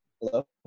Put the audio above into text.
Hello